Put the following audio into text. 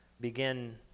begin